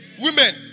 Women